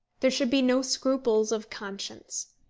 there should be no scruples of conscience.